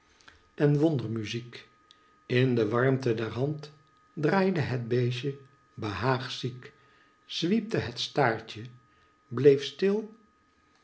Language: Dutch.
en wondermuziek in de warmte der hand draaide het beestje behaagziek zwiepte het staartje bleef stil